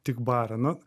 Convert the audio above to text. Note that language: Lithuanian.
tik bara nu